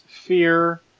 fear